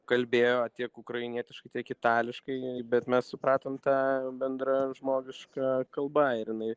kalbėjo tiek ukrainietiškai tiek itališkai bet mes supratom tą bendražmogiška kalba ir jinai